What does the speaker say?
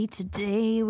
today